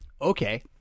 Okay